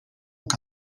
cup